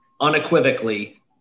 unequivocally